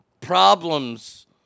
problems